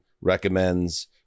recommends